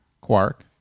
Quark